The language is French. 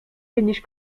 péniche